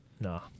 No